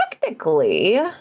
technically